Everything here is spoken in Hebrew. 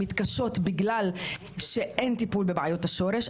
מתקשות בגלל שאין טיפול בבעיות השורש.